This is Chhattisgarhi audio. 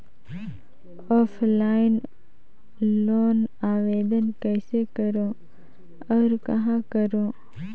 ऑफलाइन लोन आवेदन कइसे करो और कहाँ करो?